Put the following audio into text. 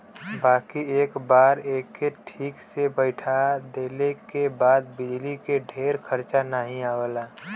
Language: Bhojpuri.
बाकी एक बार एके ठीक से बैइठा देले के बाद बिजली के ढेर खरचा नाही आवला